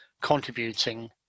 contributing